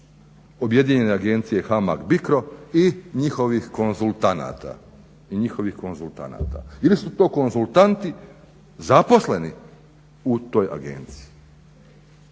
objedinjene agencije HAMAG-BICRO i njihovih konzultanata ili su to konzultanti zaposleni u toj agenciji